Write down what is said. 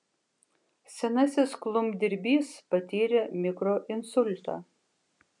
senasis klumpdirbys patyrė mikroinsultą